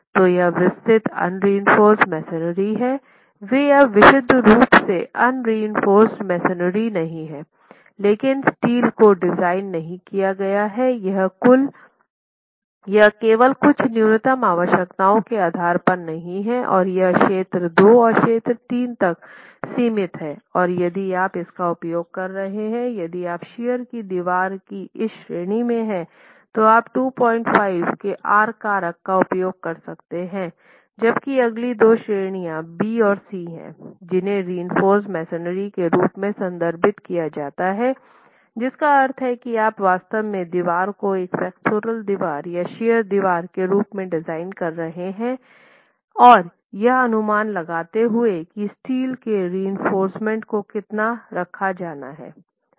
तो यह विस्तृत अनरिइंफोर्स मेसनरी है वे अब विशुद्ध रूप से अनरिइंफोर्स मेसनरी नहीं हैं लेकिन स्टील को डिज़ाइन नहीं किया गया है यह केवल कुछ न्यूनतम आवश्यकताओं के आधार पर नहीं हैं और यह क्षेत्र 2 और क्षेत्र 3 तक सीमित है और यदि आप इसका उपयोग कर रहे हैं यदि आप शियर की दीवार के इस श्रेणी में हैं तो आप 25 के आर कारक का उपयोग कर सकते हैं जबकि अगली 2 श्रेणियां बी और सी हैं जिन्हें रिइंफोर्स मेसनरी के रूप में संदर्भित किया जाता है जिसका अर्थ है कि आप वास्तव में दीवार को एक फ्लेक्सुरल दीवार या एक शियर दीवार के रूप में डिज़ाइन कर रहे हैं और यह अनुमान लगाते हुए कि स्टील के रिइंफोर्समेन्ट को कितना रखा जाना है